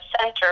center